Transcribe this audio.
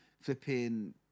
flipping